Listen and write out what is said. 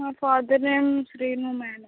మా father name Srinu madam